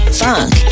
funk